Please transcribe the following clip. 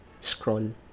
scroll